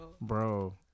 Bro